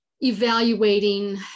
evaluating